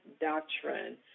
doctrine